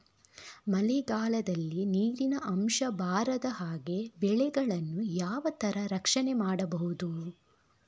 ಮಳೆಗಾಲದಲ್ಲಿ ನೀರಿನ ಅಂಶ ಬಾರದ ಹಾಗೆ ಬೆಳೆಗಳನ್ನು ಯಾವ ತರ ರಕ್ಷಣೆ ಮಾಡ್ಬಹುದು?